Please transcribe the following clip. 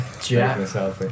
Jack